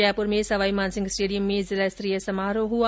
जयपुर में सवाईमानसिंह स्टेडियम में जिलास्तरीय समारोह हुआ